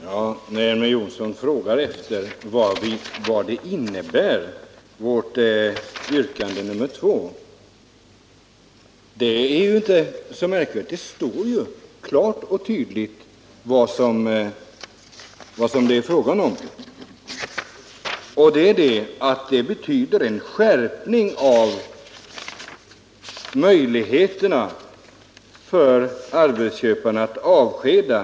Herr talman! Elver Jonsson frågar efter vad vårt yrkande 1 binnebär. Det är inte så märkligt. Det står ju klart och tydligt vad det är fråga om, nämligen en skärpning av möjligheterna för arbetsköparna att avskeda.